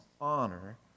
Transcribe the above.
honor